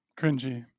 cringy